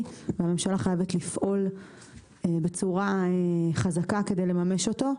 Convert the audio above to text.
והממשלה חייבת לפעול בצורה חזקה כדי לממש אותו,